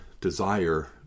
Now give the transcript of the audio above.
desire